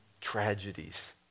tragedies